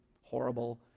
horrible